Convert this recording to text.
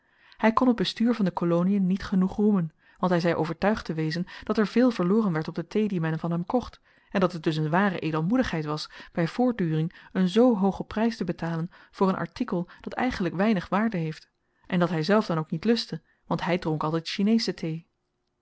hy kon t bestuur van de kolonien niet genoeg roemen want hy zei overtuigd te wezen dat er veel verloren werd op de thee die men van hem kocht en dat het dus een ware edelmoedigheid was by voortduring een zoo hoogen prys te betalen voor een artikel dat eigenlyk weinig waarde heeft en dat hyzelf dan ook niet lustte want hy dronk altyd chinesche thee